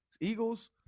Eagles